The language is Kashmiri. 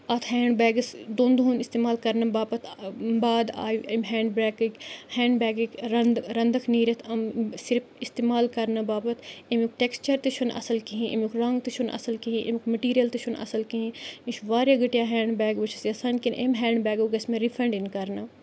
اَتھ ہینٛڈ بیگَس دۄن دۄہَن استعمال کَرنہٕ باپَتھ بعد آیہِ امہِ ہینٛڈ برٛیکٕکۍ ہینٛڈ بیگٕکۍ رَنٛدٕ رَنٛدَکھ نیٖرِتھ یِم صرف استعمال کَرنہٕ باپَتھ امیُک ٹٮ۪کٕسچَر تہِ چھُنہٕ اَصٕل کِہیٖنۍ امیُک رنٛگ تہِ چھُنہٕ اَصٕل کِہیٖنۍ امیُک میٚٹیٖریَل تہِ چھُنہٕ اَصٕل کِہیٖنۍ یہِ چھُ واریاہ گھٹیا ہینٛڈ بیگ بہٕ چھَس یَژھان کِنہٕ امہِ ہینٛڈ بیگُگ گژھِ مےٚ رِفنٛڈ یِن کَرنہٕ